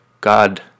God